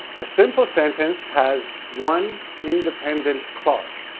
a simple sentence has one independent clause.